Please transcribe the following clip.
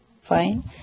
fine